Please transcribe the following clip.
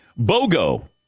BOGO